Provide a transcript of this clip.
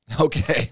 okay